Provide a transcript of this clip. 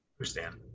understand